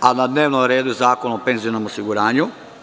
a na dnevnom redu je Zakon o penzionom osiguranju.